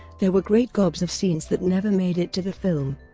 there were great gobs of scenes that never made it to the film.